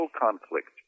conflict